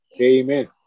Amen